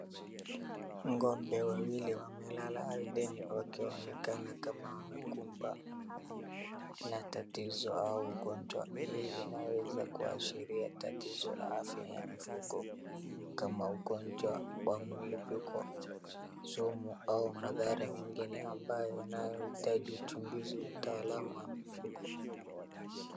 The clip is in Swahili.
Ng'ombe wawili wamelala ardhini wakionekana kama wamekumba na tatizo au ugonjwa. Hii inaweza kuashiria tatizo la afya ya mifugo kama ugonjwa wa mlipuko, sumu au madhara mengine ambayo yanahitaji uchunguzi wa mtaalamu wa mifugo.